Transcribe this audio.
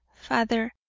Father